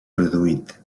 produït